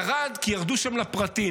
ירד כי ירדו שם לפרטים.